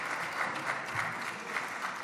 כפיים)